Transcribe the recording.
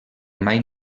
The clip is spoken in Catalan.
mai